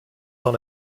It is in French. dans